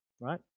right